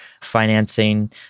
financing